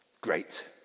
Great